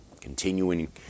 continuing